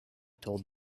told